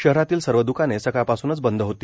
शहरातील सर्व द्रकाने सकाळपासूनच बंद होती